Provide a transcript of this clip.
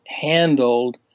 handled